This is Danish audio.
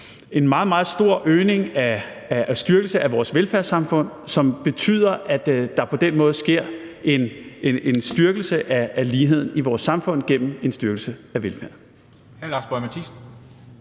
en meget, meget stor øgning og styrkelse af vores velfærdssamfund, som betyder, at der på den måde sker en styrkelse af ligheden i vores samfund gennem en styrkelse af velfærden.